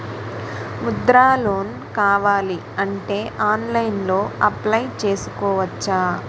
Mudra loan కావాలి అంటే ఆన్లైన్లో అప్లయ్ చేసుకోవచ్చా?